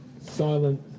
Silent